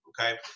Okay